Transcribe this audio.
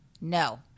No